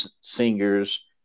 singers